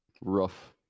Rough